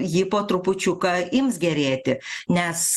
ji po trupučiuką ims gerėti nes